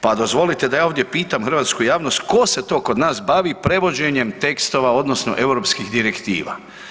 Pa dozvolite da ja ovdje pitam hrvatsku javnost tko se kod nas bavi prevođenjem tekstova odnosno europskih direktiva?